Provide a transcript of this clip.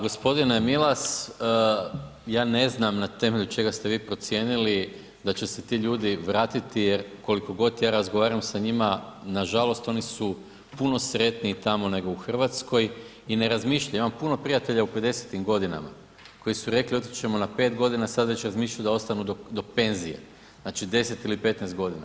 G. Milas, ja ne znam na temelju čega ste vi procijenili da će se ti ljudi vratiti jer koliko god ja razgovaram sa njima, nažalost oni su puno sretniji tamo nego u Hrvatskoj i ne razmišljaju, ja imam puno prijatelja u 50-im godinama, koji su rekli otići ćemo na 5 godina, sad već razmišljaju da ostanu do penzije, znači 10 ili 15 godina.